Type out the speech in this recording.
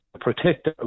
Protect